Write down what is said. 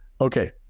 Okay